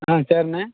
ஆ சரிண்ணே